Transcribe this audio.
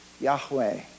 Yahweh